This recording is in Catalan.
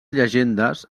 llegendes